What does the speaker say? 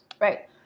right